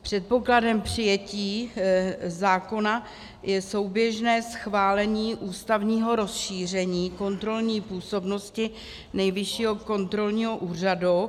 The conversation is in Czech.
Předpokladem přijetí zákona je souběžné schválení ústavního rozšíření kontrolní působnosti Nejvyššího kontrolního úřadu.